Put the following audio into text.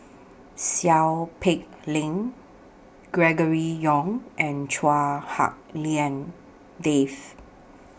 Seow Peck Leng Gregory Yong and Chua Hak Lien Dave